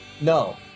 No